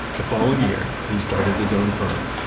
the following year, he started his own firm,